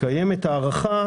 קיימת הערכה,